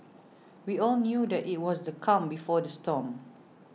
we all knew that it was the calm before the storm